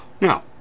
Now